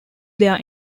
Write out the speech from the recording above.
their